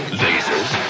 lasers